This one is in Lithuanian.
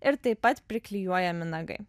ir taip pat priklijuojami nagai